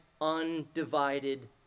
undivided